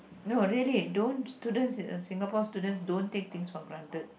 no really don't students Singapore students don't take things for granted